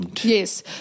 Yes